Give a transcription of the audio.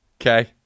Okay